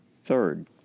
Third